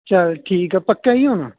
ਚੱਲ ਠੀਕ ਆ ਪੱਕਾ ਹੀ ਹੋਣਾ